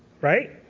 Right